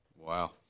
Wow